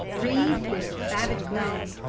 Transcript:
wreathed in a savage grin.